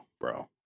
bro